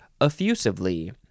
effusively